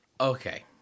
Okay